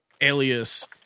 alias